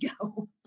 go